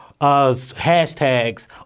hashtags